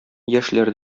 яшьләр